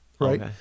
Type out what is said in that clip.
right